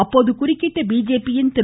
அப்போது குறுக்கிட்ட பிஜேபியின் திரு